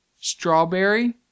strawberry